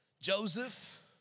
Joseph